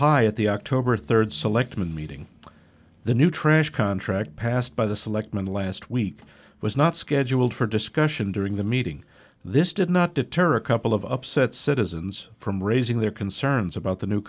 high at the october third selectman meeting of the new trash contract passed by the selectmen last week was not scheduled for discussion during the meeting this did not deter a couple of upset citizens from raising their concerns about the new